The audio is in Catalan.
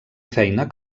feina